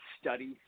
study